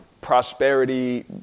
prosperity